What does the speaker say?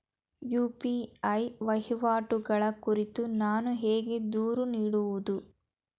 UPI ವಹಿವಾಟುಗಳ ಕುರಿತು ನಾನು ಹೇಗೆ ದೂರು ನೀಡುವುದು?